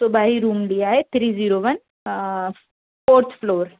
सुबह ही रूम लिया है three zero one fourth floor